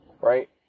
Right